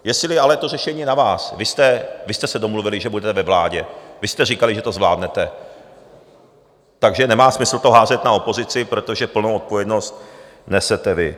Jestli vy ale to řešení je na vás, vy jste se domluvili, že budete ve vládě, vy jste říkali, že to zvládnete, takže nemá smysl to házet na opozici, protože plnou odpovědnost nesete vy.